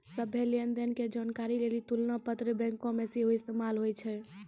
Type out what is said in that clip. सभ्भे लेन देन के जानकारी लेली तुलना पत्र बैंको मे सेहो इस्तेमाल होय छै